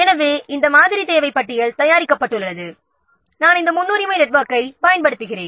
எனவே தேவை பட்டியல் இந்த மாதிரி தயாரிக்கப்பட்டுள்ளது நாம் இந்த முன்னுரிமை நெட்வொர்க்கைப் பயன்படுத்துகிறோம்